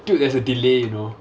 dude there's a delay you know